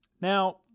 Now